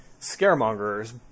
scaremongers